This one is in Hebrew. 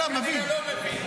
אתה לא מבין.